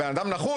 הבן אדם נחוש.